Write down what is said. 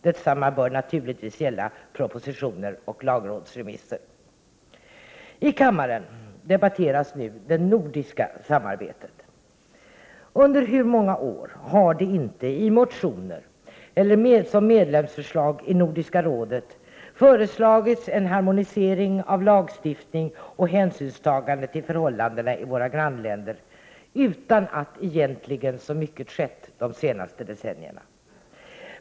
Detsamma bör naturligtvis gälla propositioner och lagrådsremisser.” I kammaren debatteras nu det nordiska samarbetet. Under hur många år har det inte i motioner eller i samarbetet i Nordiska rådet föreslagits en harmonisering av nordisk lagstiftning och hänsynstagande till förhållandena i våra grannländer — utan att mycket har skett de senaste decennierna.